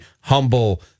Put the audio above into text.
humble